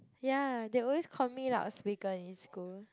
ya they always call me loud speaker in school